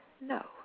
No